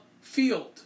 field